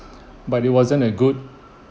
but it wasn't that good